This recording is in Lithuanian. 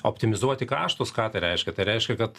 optimizuoti kaštus ką tai reiškia tai reiškia kad